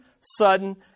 sudden